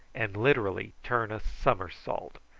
and literally turned a somersault,